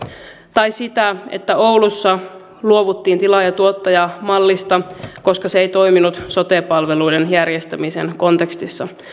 tai sitä että oulussa luovuttiin tilaaja tuottaja mallista koska se ei toiminut sote palveluiden järjestämisen kontekstissa